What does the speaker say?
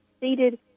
seated